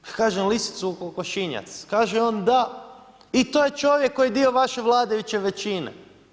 Ja kažem lisicu u kokošinjac, kaže on da i to je čovjek koji je dio vaše vladajuće većine.